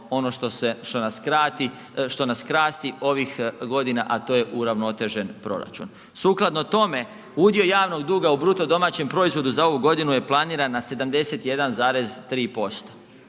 što nas krasti ovih godina, a to je uravnotežen proračun. Sukladno tome udio javnog duga u BDP-u za ovu godinu je planiran na 71,3%